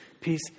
Peace